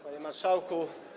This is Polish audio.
Panie Marszałku!